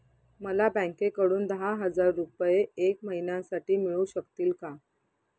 मला बँकेकडून दहा हजार रुपये एक महिन्यांसाठी मिळू शकतील का?